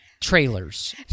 trailers